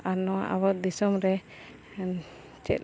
ᱟᱨ ᱱᱚᱣᱟ ᱟᱵᱚ ᱫᱤᱥᱚᱢ ᱨᱮ ᱪᱮᱫ